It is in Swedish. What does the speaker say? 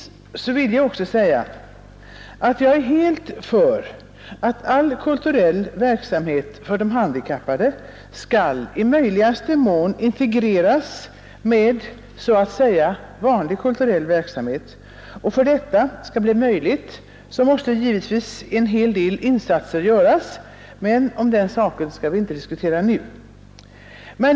Jag vill också framhålla att jag är helt för att kulturell verksamhet för de handikappade skall integreras med så att säga vanlig kulturell verksamhet. För att detta skall bli möjligt måste givetvis en hel del insatser göras, men därom skall vi inte diskutera nu.